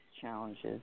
challenges